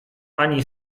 ani